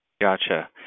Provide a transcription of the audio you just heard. Gotcha